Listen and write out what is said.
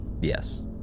Yes